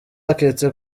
baketse